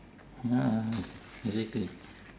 ya exactly